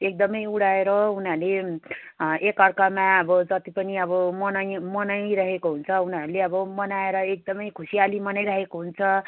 एकदम उडाएर उनीहरूले एकअर्कामा अब जति पनि अब मनाइ मनाइरहेको हुन्छ उनीहरूले अब मनाएर एकदम खुसियाली मनाइरहेको हुन्छ